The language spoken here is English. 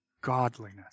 godliness